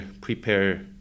prepare